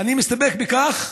אני מסתפק בכך,